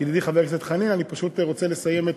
ידידי חבר הכנסת חנין, אני פשוט רוצה לסיים את